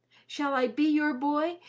shall i be your boy,